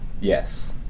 Yes